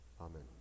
Amen